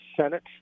Senate